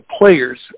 Players